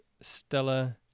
Stella